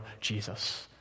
Jesus